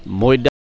মৈদাম